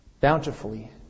bountifully